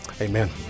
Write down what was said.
Amen